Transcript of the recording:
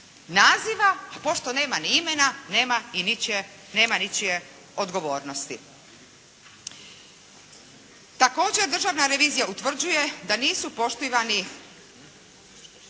naziva. Pošto nema ni imena, nema ničije odgovornosti. Također državna revizija utvrđuje da nisu poštivane